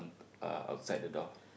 uh outside the door